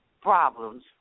problems